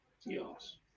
Yes